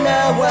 Now